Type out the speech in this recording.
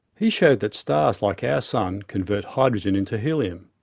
he showed that stars like our sun convert hydrogen into helium.